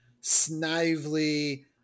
snively